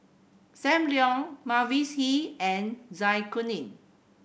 Sam Leong Mavis Hee and Zai Kuning